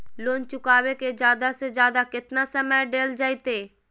Loan चुकाबे के जादे से जादे केतना समय डेल जयते?